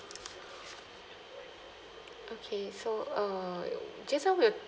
okay so uh just now we're